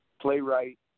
playwright